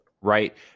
right